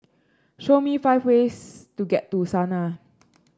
show me five ways to get to Sanaa